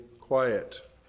quiet